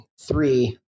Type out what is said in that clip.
three